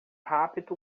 rápido